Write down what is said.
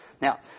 Now